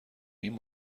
این